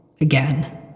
Again